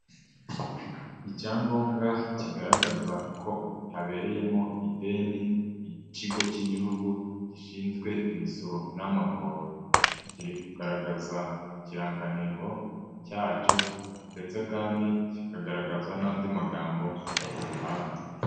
Icyangombwa kigaragaza ko utabereyemo ideni ikigo cy'igihugu gishinzwe imisoro n'amahoro, kiri kugaragaza ikirangantego cyacyo ndetse kandi kikagaragaza n'andi magambo ku ruhande.